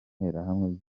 n’interahamwe